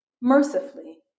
mercifully